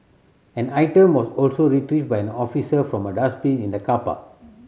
an item was also retrieved by an officer from a dustbin in the car park